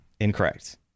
Incorrect